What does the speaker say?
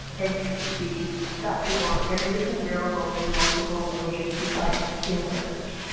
npuap org. and it is available in multiple languages besides english.